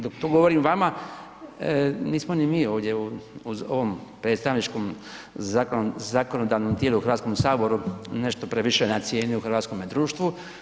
Dok to govorim vama nismo ni mi ovdje u ovom predstavničkom tijelu u Hrvatskom saboru nešto previše na cijeni u hrvatskome društvu.